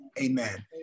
amen